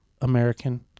American